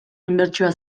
inbertsioa